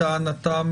לטענתם,